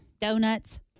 donuts